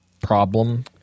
problem